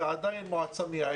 זה עדיין מועצה מייעצת.